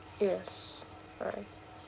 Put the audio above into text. yes alright